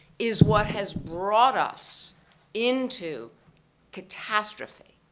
is what has brought us into catastrophe.